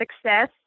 success